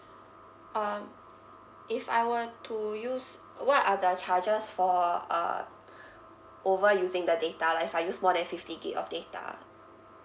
um if I were to use what are the charges for uh overusing the data like if I use more than fifty gig of data